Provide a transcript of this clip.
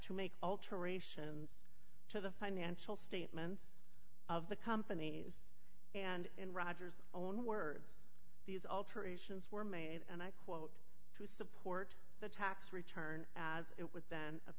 to make alterations to the financial statements of the companies and in roger's own words these alterations were made and i quote to support the tax return as it w